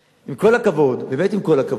עם כל הכבוד, באמת עם כל הכבוד,